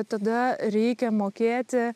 tada reikia mokėti